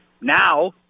now